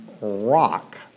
rock